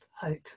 hope